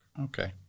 Okay